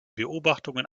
beobachtungen